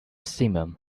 simum